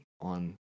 on